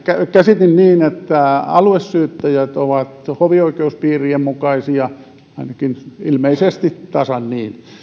käsitin niin että aluesyyttäjät ovat hovioikeuspiirien mukaisia ainakin ilmeisesti tasan niin